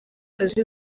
azi